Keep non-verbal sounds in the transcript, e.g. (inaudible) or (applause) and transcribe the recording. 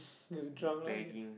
(breath) drunk lah i guess